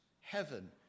heaven